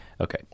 Okay